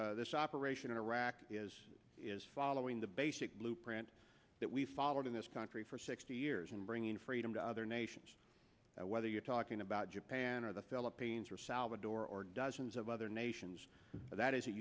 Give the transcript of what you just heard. this operation in iraq is is following the basic blueprint that we've followed in this country for sixty years in bringing freedom to other nations whether you're talking about japan or the philippines or salvador or dozens of other nations that i